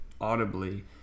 audibly